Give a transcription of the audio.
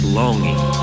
longing